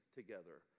together